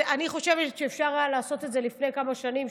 אני חושבת שאפשר היה לעשות את זה לפני כמה שנים,